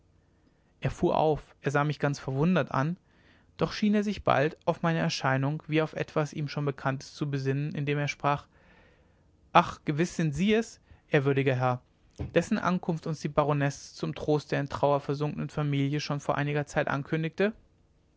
er fuhr auf er sah mich ganz verwundert an doch schien er sich bald auf meine erscheinung wie auf etwas ihm schon bekanntes zu besinnen indem er sprach ach gewiß sind sie es ehrwürdiger herr dessen ankunft uns die frau baronesse zum trost der in trauer versunkenen familie schon vor einiger zeit ankündigte